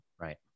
right